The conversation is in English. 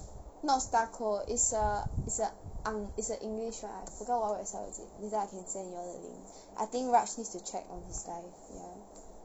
not star co is a ang is a english [one] I forgot what wha~ how is it later I can send you all the link I think raj need to check on his life ya